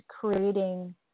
creating